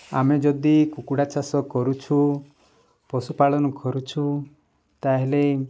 ଆମେ ଯଦି କୁକୁଡ଼ା ଚାଷ କରୁଛୁ ପଶୁପାଳନ କରୁଛୁ ତା'ହେଲେ